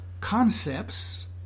concepts